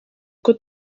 uko